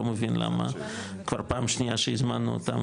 לא מבין למה כבר פעם שנייה שהזמנו אותם